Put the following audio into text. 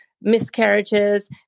miscarriages